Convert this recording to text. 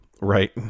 right